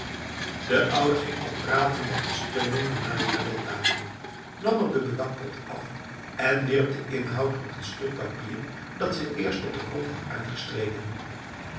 de oude ging al pratende en steunende naar de toilettafel nam er de bedakpot af en wierp de inhoud op een stuk papier dat ze eerst op de grond had uitgestreken